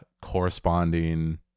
corresponding